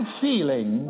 feeling